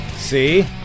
see